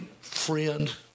friend